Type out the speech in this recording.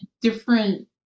different